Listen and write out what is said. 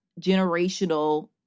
generational